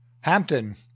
Hampton